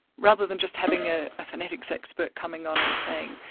rather than just having a phonetics expert coming on and saying,